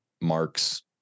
marks